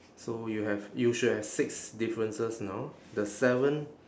so you have you should have six differences now the seven